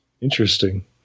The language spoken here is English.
Interesting